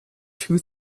two